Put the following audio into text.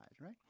right